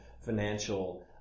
financial